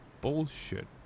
bullshit